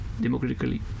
democratically